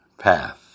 path